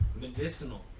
Medicinal